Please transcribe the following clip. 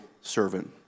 servant